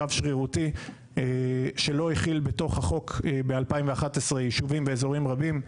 קו שרירותי שלא הכיל בתוך החוק ב-2011 יישובים באזורים רבים.